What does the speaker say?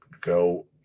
go